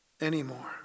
anymore